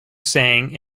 sang